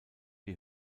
die